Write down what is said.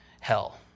hell